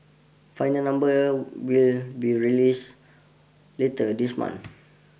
final numbers will be released later this month